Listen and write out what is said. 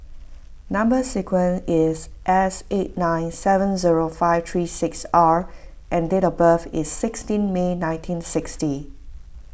Number Sequence is S eight nine seven zero five three six R and date of birth is sixteen May nineteen sixty